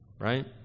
Right